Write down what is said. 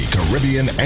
Caribbean